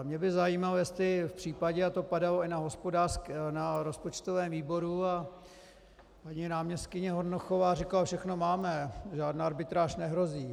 Mě by zajímalo, jestli v případě, a to padalo i na rozpočtovém výboru a paní náměstkyně Hornochová říkala: Všechno máme, žádná arbitráž nehrozí.